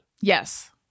Yes